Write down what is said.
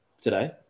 today